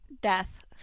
Death